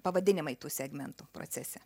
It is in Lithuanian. pavadinimai tų segmentų procese